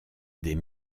des